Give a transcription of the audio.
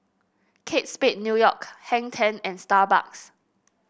Kate Spade New York Hang Ten and Starbucks